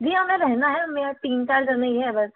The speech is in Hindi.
जी हमें रहना है हम यहाँ तीन चार जने ही हैं बस